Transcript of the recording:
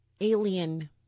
alien